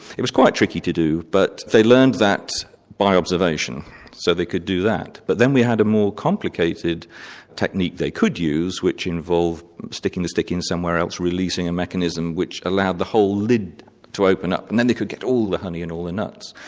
it was quite tricky to do but they learned that by observation so they could do that. but then we had a more complicated technique they could use which involved sticking the stick in somewhere else, releasing a mechanism which allowed the whole lid to open up and then they could get all the honey and all the nuts.